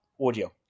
audio